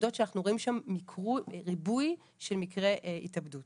נקודות שאנחנו רואים שם ריבוי של מקרי התאבדות